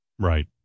Right